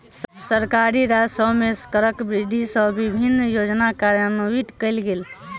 सरकारी राजस्व मे करक वृद्धि सँ विभिन्न योजना कार्यान्वित कयल गेल